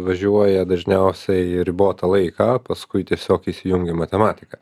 važiuoja dažniausiai ribotą laiką paskui tiesiog įsijungi matematiką